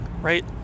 right